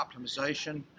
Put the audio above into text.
optimization